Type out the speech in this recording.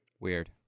Weird